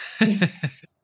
Yes